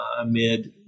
amid